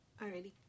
Alrighty